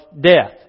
death